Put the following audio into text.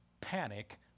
panic